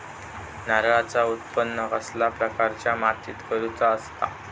नारळाचा उत्त्पन कसल्या प्रकारच्या मातीत करूचा असता?